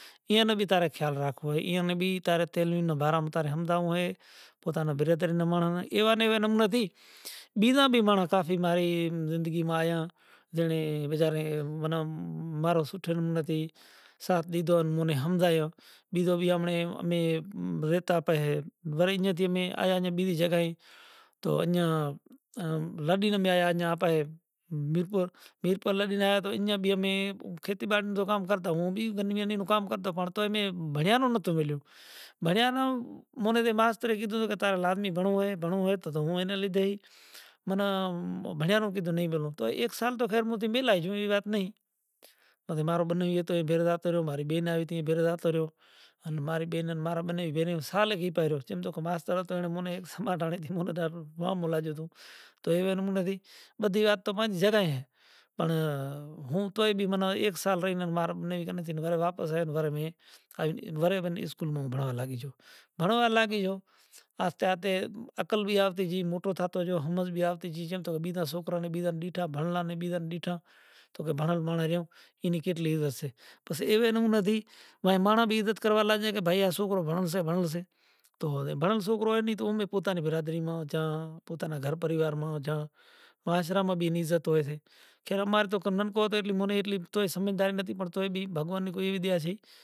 ای یون بھی تارا خیال رکھوا ھوئے ۔ ای یون بھی تارا تیر وی بارا ھمجھاوؤں ھوئے پوتا نی برادری نا ماڑں ما ایوا ایوا نمڑے تھی بیجا بھی ماڑں کافی ماری زندگی ما آیا جڑیں بیچارے من مارا سوٹھے نوں نتھی ساتھ دھید ھو انی ھمجائوں بیجو بی امرے امے ریت آپے ھے وڑینجو تھی آیا امے بیجی جگاھے تو انجاں رابی امے آیا آپھے ، میر پور، میر پور الادین آیا اینجا بھی امے کھیتی باڑے نوں کام کرتا پڑں مون بھی گدھیو گدھیو موں کام کرتا بھیڑیا نوں نتو ویلیو- بھنڑیا نوں مونے مارے ماسترے گھیدھوں تارے لازمی بھنڑؤں بوئے ، بھنڑؤں بوئے تو مونے اینا لیدھیے بھنڑیا نوں کیدھو نہیں بنوں تو اک سال تو خیر منے میلائی جوں ایوی وات نہیں پسا مارا بہنوئی ھوئے تو بیر جاتا رہیو ماری بہن آوی تے بیر جاتا رہیو اننا ماری بہن مارا بہنوئی بیرو سال گی پیرو چم جو ماستر ھتو ایڑں مونے سما ڈاڑھ تھی تو مانو واں مولاج ھتو تو ایوے من جی بھدی راج تو منظر ھے پڑں ھوں توں ائے بھی اک سال رہی نے واپس مارا بنیوین کہہ تینوں گرھ واپس آئی ورے ور اسکو ل نو ھمبراواں لاگیُ چھوں ۔ گھٹو وار لاگی جوں آہستے آہستے عقل بھی آوتی جئی موٹو بھی تھاشا جیو ھمج بھی آوتی جئی جیم بیجو نو سوکرا نے بیجا بیٹھا بھنڑاں نے بیجا بیٹھا تو بھنڑوں بھنڑوں رہیو اینی کیٹلی عزت ھسے پڑں ایوا اُون تھی مھماں بھی عزت کروا لا جیا آہ سوکرو گھڑوں سہ گھڑوں سہ تو بھرم سوکرو ھوئے تو اومے پوتا نی برادری ما جاں پوتا ناں گھر پریوار ما جاں، معاشرہ ما بھی اننی عزت ھوئے سے، پر ہماری کنگھم کوں تو مونے ایٹلی تو سمجھداری نتھی ہر بھگوان نے کوئی ایٹلی دیا تھئی۔